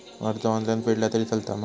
कर्ज ऑनलाइन फेडला तरी चलता मा?